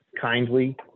kindly